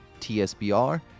TSBR